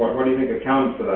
what do you think accounts